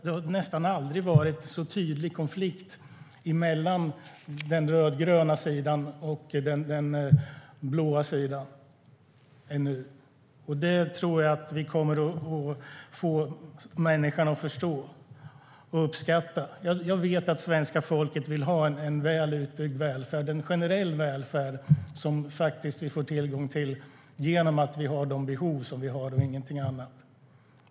Det har nästan aldrig tidigare varit en så tydlig konflikt mellan den rödgröna sidan och den blå sidan som nu. Det tror jag att vi kommer att få människorna att förstå. Jag vet att svenska folket vill ha en väl utbyggd välfärd, en generell välfärd som vi får tillgång till utifrån de behov vi har, ingenting annat.